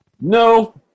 No